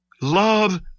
Love